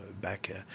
back